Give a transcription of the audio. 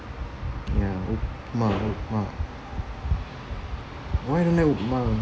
ya upma upma upma why you don't like upma